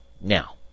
Now